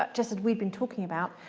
um just as we've been talking about,